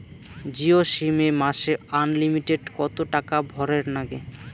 Jio SIM এ মাসে unlimited কত টাকা ভরের নাগে?